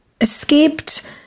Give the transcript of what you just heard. escaped